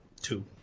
Two